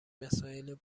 مسائل